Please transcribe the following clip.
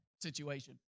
situation